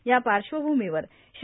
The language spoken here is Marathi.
या पार्श्वभूमीवर श्री